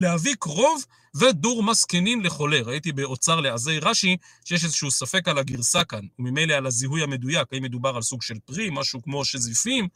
להביא כרוב ודור מסכנים לחולה. ראיתי באוצר לעזי רשי שיש איזשהו ספק על הגרסה כאן. הוא ממלא על הזיהוי המדויק, אם מדובר על סוג של פרי, משהו כמו שזיפים.